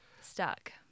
stuck